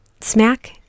Smack